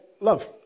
love